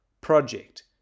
project